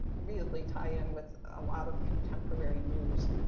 really tie in with a lot of contemporary news.